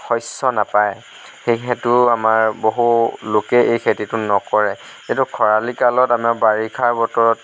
শস্য নাপায় সেই হেতু আমাৰ বহু লোকে এই খেতিটো নকৰে এইটো খৰালি কালত বাৰিষা বতৰত